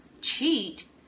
cheat